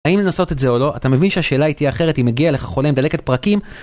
האם לנסות את זה או לא אתה מבין שהשאלה היא תהיה אחרת אם מגיע אליך חולה עם דלקת פרקים.